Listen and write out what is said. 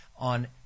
on